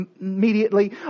immediately